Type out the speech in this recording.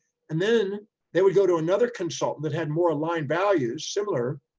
and then they would go to another consultant that had more aligned values, similar,